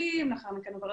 לאחר מכן היא עוברת